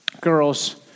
Girls